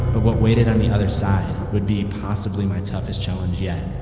but what waited on the other side would be possibly my toughest challenge yet.